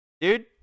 Dude